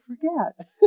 forget